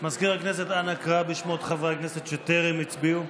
אנא קרא בשמות חברי הכנסת שטרם הצביעו.